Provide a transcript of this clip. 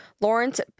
Lawrence